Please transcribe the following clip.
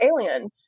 alien